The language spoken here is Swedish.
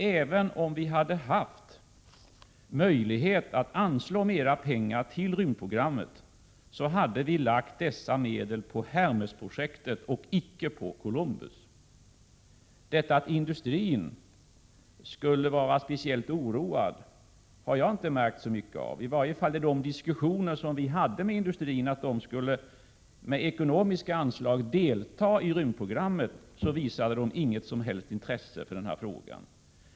Även om vi hade haft möjlighet att anslå mera pengar till rymdprogrammet hade vi lagt dessa medel på Hermesprojektet, icke på Columbus. Detta att industrin skulle vara speciellt oroad har jag inte märkt så mycket av. I de diskussioner som vi haft med industrirepresentanter om att industrin med ekonomiska anslag skulle delta i programmet visade de inget som helst intresse för denna verksamhet.